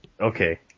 Okay